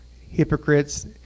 hypocrites